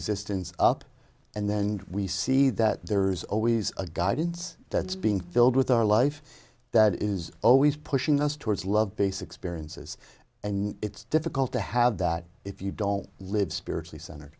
existence up and then we see that there's always a guidance that's being filled with our life that is always pushing us towards love base experiences and it's difficult to have that if you don't live spiritually cent